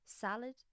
salad